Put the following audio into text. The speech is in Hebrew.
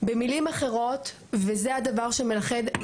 במילים אחרות וזה הדבר שמאחד,